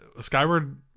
Skyward